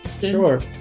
Sure